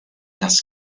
das